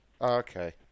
okay